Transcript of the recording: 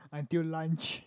until lunch